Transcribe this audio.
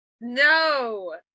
No